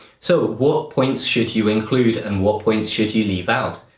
so what points should you include and what points should you leave out?